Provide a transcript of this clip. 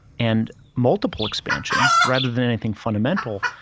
and multiple expansion rather than anything fundamental,